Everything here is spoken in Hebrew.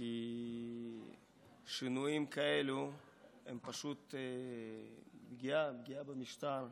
כי שינויים כאלה הם פשוט פגיעה במשטר,